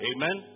Amen